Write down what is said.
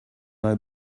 learn